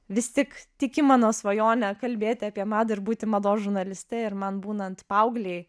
vis tik tiki mano svajone kalbėti apie madą ir būti mados žurnaliste ir man būnant paauglei